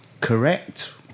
Correct